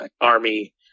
army